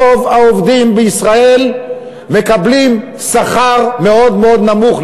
רוב העובדים בישראל מקבלים שכר מאוד מאוד נמוך,